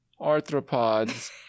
arthropods